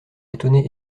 étonné